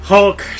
Hulk